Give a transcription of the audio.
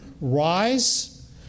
rise